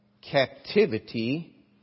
captivity